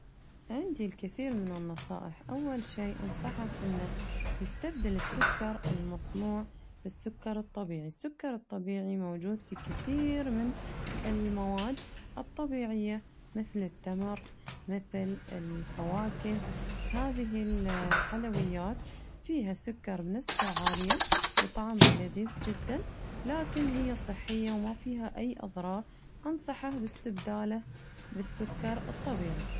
عندي الكثير من النصائح، أول شي أنصحه إنه يستبدل السكر المصنوع بالسكر الطبيعي، السكر الطبيعي موجود في كثير من المواد الطبيعية مثل التمر مثل الفواكه، هذه ال الحلويات فيها سكر بنسبة عالية وطعمها لذيذ جداُ لكن هي صحية وما فيها أي أضرار أنصحه باتبداله بالسكر الطبيعي.